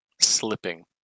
slipping